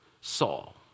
Saul